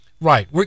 Right